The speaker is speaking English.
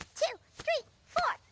two, three, four.